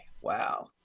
Wow